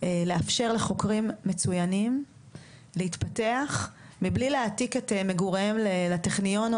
לאפשר לחוקרים מצוינים להתפתח מבלי להעתיק את מגוריהם לטכניון,